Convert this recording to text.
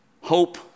hope